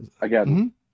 again